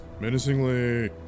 menacingly